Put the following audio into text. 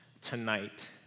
tonight